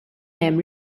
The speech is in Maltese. hemm